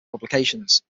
publications